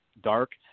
Dark